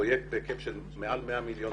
פרויקט בהיקף של מעל 100 מיליון שקלים.